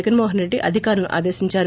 జగన్మోహన్ రెడ్డి అధికారులను ఆదేశించారు